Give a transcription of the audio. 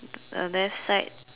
the left side